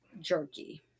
jerky